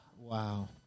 Wow